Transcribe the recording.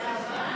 בהפתעה.